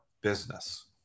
business